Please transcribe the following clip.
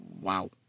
wow